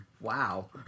Wow